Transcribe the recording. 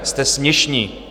Jste směšní!